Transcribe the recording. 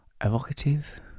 evocative